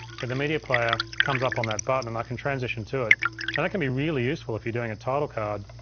but the media player comes up on that button and i can transition to it and that can be really useful if you're doing a title card